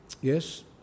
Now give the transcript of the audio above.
Yes